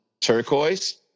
turquoise